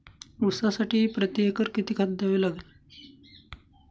ऊसासाठी प्रतिएकर किती खत द्यावे लागेल?